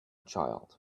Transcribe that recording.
child